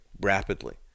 rapidly